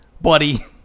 buddy